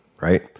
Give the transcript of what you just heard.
right